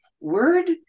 word